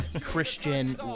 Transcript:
Christian